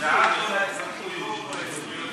ההצעה להעביר את